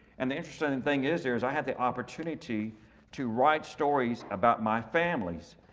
and the interesting and thing is there is i had the opportunity to write stories about my families.